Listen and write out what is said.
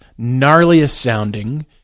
gnarliest-sounding